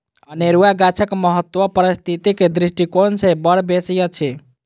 अनेरुआ गाछक महत्व पारिस्थितिक दृष्टिकोण सँ बड़ बेसी अछि